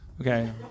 Okay